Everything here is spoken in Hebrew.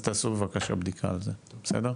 אז תעשו בבקשה בדיקה על זה, בסדר?